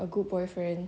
a good boyfriend